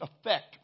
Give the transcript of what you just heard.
effect